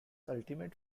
ultimate